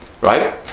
right